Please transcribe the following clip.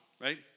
right